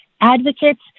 advocates